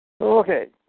okay